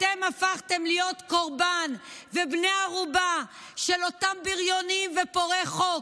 הפכתם להיות קורבן ובני ערובה של אותם בריונים ופורעי חוק,